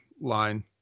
line